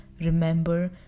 remember